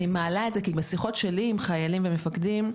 אני מעלה את זה כי בשיחות שלי עם חיילים ומפקדים,